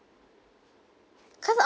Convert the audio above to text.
cause a~